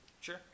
Sure